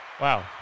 Wow